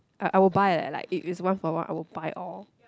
I I will buy like if it is one for one I will buy all